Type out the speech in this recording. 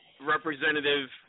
Representative